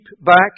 back